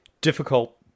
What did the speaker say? Difficult